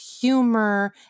humor